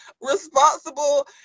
responsible